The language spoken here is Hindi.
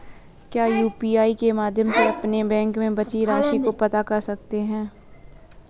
क्या यू.पी.आई के माध्यम से अपने बैंक में बची राशि को पता कर सकते हैं?